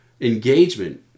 Engagement